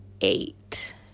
eight